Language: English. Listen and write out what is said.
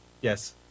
yes